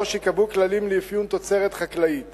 3. ייקבעו כללים לאפיון תוצרת חקלאית